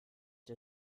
der